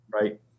Right